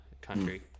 Country